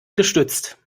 gestützt